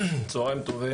צוהריים טובים.